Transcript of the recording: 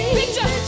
picture